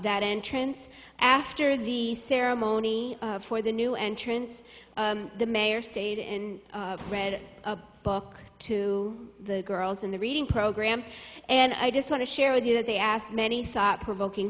that entrance after the ceremony for the new entrants the mayor stayed in read a book to the girls in the reading program and i just want to share with you that they asked many thought provoking